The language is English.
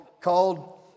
called